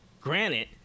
Granted